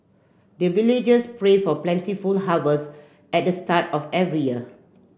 the villagers pray for plentiful harvest at the start of every year